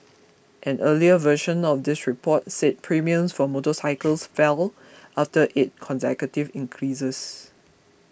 an earlier version of this report said premiums for motorcycles fell after eight consecutive increases